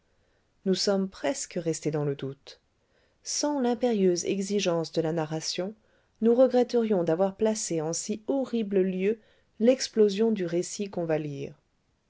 nous sommes presque resté dans le doute sans l'impérieuse exigence de la narration nous regretterions d'avoir placé en si horrible lieu l'explosion du récit qu'on va lire